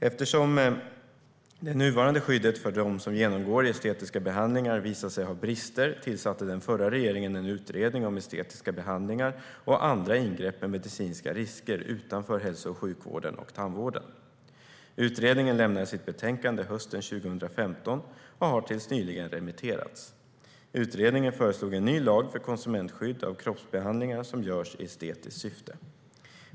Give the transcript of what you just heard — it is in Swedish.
Eftersom det nuvarande skyddet för dem som genomgår estetiska behandlingar visat sig ha brister tillsatte den förra regeringen en utredning om estetiska behandlingar och andra ingrepp med medicinska risker utanför hälso och sjukvården och tandvården. Utredningen lämnande sitt betänkande hösten 2015 och det har tills nyligen remitterats. Utredningen föreslog en ny lag för konsumentskydd av kroppsbehandlingar som görs i estetiskt syfte.